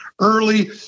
early